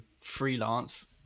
freelance